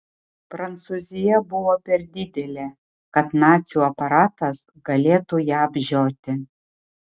prancūzija buvo per didelė kad nacių aparatas galėtų ją apžioti